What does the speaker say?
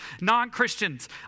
Non-Christians